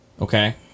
okay